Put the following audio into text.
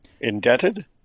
Indebted